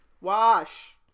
Wash